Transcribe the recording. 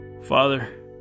Father